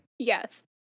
Yes